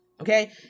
okay